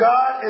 God